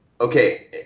okay